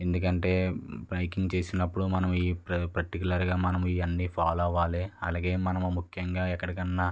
ఎందుకు అంటే బైకింగ్ చేసిన అప్పుడు మనం ఈ పర్టికులరుగా మనం ఇవి అన్నీ ఫాలో అవ్వాలి అలాగే మనం ముఖ్యంగా ఎక్కడికి అన్నా